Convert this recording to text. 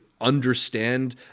understand